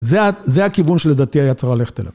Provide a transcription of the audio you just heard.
זה הכיוון, זה הכיוון שלדעתי היה צריך ללכת אליו.